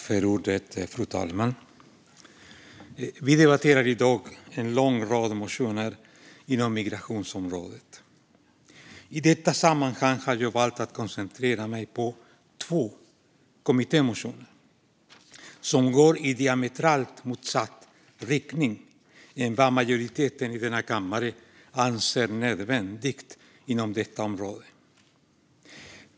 Fru talman! Vi debatterar i dag en lång rad motioner inom migrationsområdet. I detta sammanhang har jag valt att koncentrera mig på två kommittémotioner som går i diametralt motsatt riktning mot vad majoriteten i denna kammare anser nödvändigt inom detta område.